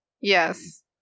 Yes